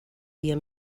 dia